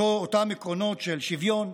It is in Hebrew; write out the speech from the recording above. אותם עקרונות של שוויון,